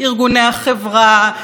נגד נשיא המדינה.